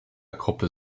gruppe